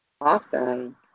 Awesome